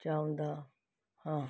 ਚਾਹੁੰਦਾ ਹਾਂ